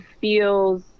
feels